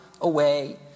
away